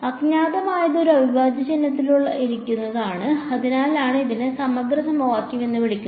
അജ്ഞാതമായത് ഒരു അവിഭാജ്യ ചിഹ്നത്തിനുള്ളിൽ ഇരിക്കുന്നതാണ് അതിനാലാണ് ഇതിനെ സമഗ്ര സമവാക്യം എന്ന് വിളിക്കുന്നത്